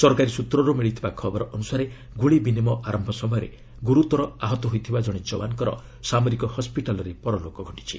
ସରକାରୀ ସ୍ରତ୍ରରୁ ମିଳିଥିବା ଖବର ଅନୁସାରେ ଗୁଳି ବିନିମୟ ଆରମ୍ଭ ସମୟରେ ଗୁରୁତର ଆହତ ହୋଇଥିବା ଜଣେ ଯବାନ୍ଙ୍କର ସାମରିକ ହୱିଟାଲ୍ରେ ପରଲୋକ ଘଟିଛି